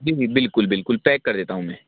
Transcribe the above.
जी जी बिल्कुल बिल्कुल पैक कर देता हूँ मैं